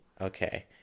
Okay